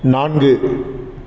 நான்கு